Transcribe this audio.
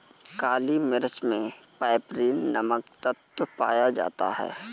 काली मिर्च मे पैपरीन नामक तत्व पाया जाता है